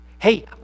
Hey